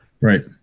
Right